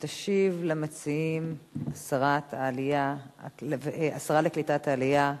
תשיב למציעים השרה לקליטת עלייה,